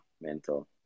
mental